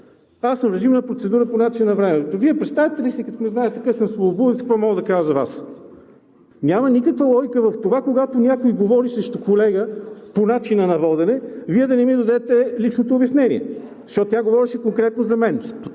Аз съм в режим на процедура по начина на водене. Вие представяте ли си, като ме знаете какъв съм сладкодумец, какво мога да кажа за Вас? Няма никаква логика в това, когато някой говори срещу колега по начина на водене, Вие да не ми дадете личното обяснение. Защото тя говореше конкретно за мен.